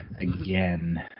again